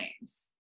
names